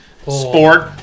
sport